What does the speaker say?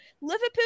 Liverpool